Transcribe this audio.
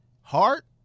Heart